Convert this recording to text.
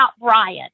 Brian